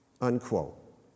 Unquote